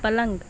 पलंग